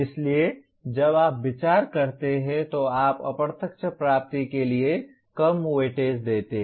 इसलिए जब आप विचार करते हैं तो आप अप्रत्यक्ष प्राप्ति के लिए कम वेटेज देते हैं